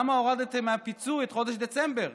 למה הורדתם מהפיצוי את חודש דצמבר?